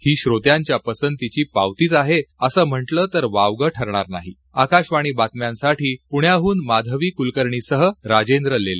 ही श्रोत्यांच्या पसंतीची पावतीच आहे असं म्हा लिं तर वावग ठरणार नाहीआकाशवाणी बातम्यांसाठी पुण्याहून माधवी कुलकर्णीसह राजेंद्र लेले